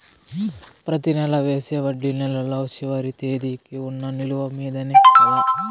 ప్రతి నెల వేసే వడ్డీ నెలలో చివరి తేదీకి వున్న నిలువ మీదనే కదా?